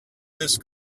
this